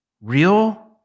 real